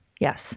Yes